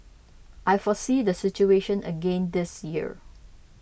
I foresee the situation again this year